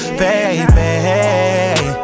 baby